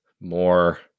more